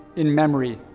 in memory,